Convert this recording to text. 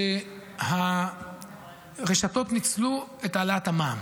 אני לא חושב שהרשתות ניצלו את העלאת המע"מ,